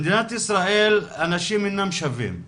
במדינת ישראל אנשים אינם שווים.